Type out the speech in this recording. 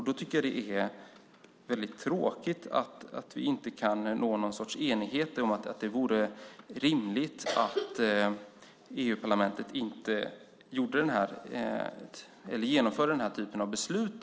Det är därför tråkigt att vi inte kan nå enighet om att det vore rimligt att EU-parlamentet inte fattar den här typen av beslut.